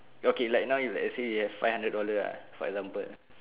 okay like now you let say you have five hundred dollar ah for example